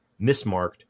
mismarked